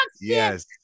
yes